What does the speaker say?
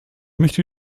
möchte